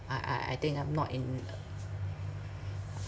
I I I think I'm not in